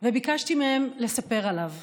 וביקשתי מהם לספר עליו.